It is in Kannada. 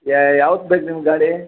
ಯಾ ಯಾವತ್ತು ಬೇಕು ನಿಮ್ಗೆ ಗಾಡಿ